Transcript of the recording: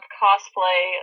cosplay